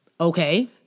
Okay